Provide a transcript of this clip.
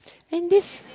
and this